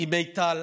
עם מיטל,